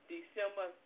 December